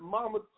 Mama